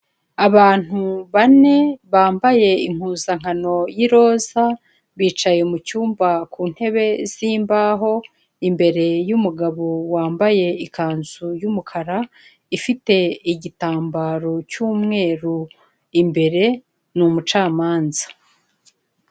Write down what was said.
Abantu bane bambaye impuzankano y'iroza bicaye mu cyumba ku ntebe z'imbaho imbere y'umugabo wambaye ikanzu y'umukara ifite igitambaro cy'umweru imbere, ni umucamanza.